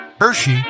Hershey